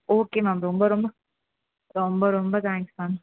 okay ma'am ரொம்ப ரொம்ப ரொம்ப ரொம்ப தேங்க்ஸ் மேம்